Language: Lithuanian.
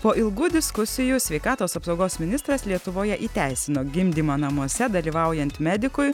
po ilgų diskusijų sveikatos apsaugos ministras lietuvoje įteisino gimdymą namuose dalyvaujant medikui